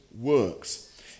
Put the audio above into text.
works